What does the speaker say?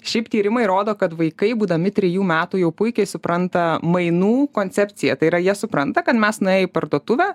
šiaip tyrimai rodo kad vaikai būdami trijų metų jau puikiai supranta mainų koncepciją tai yra jie supranta kad mes nuėję į parduotuvę